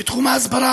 בתחום ההסברה,